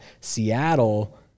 Seattle